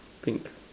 pink